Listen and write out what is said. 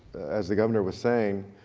as the governor was saying,